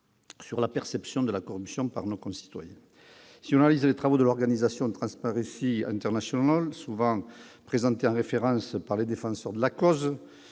sur la perception de la corruption par nos concitoyens. Si l'on analyse les travaux de l'organisation Transparency International, souvent présentée en référence par les défenseurs de la cause,